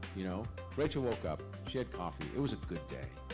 you know rachel woke up. she had coffee. it was a good day.